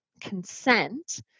consent